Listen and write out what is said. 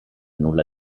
nulla